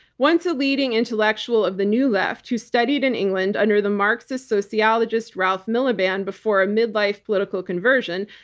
once a leading intellectual of the new left, who studied in england under the marxist sociologist, ralph miliband, before a midlife political conversion,